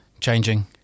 changing